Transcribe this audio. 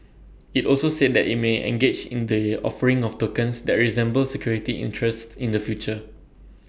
IT also said that IT may engage in the offering of tokens that resemble security interests in the future